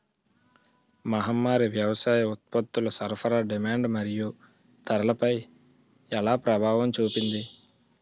మహమ్మారి వ్యవసాయ ఉత్పత్తుల సరఫరా డిమాండ్ మరియు ధరలపై ఎలా ప్రభావం చూపింది?